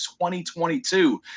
2022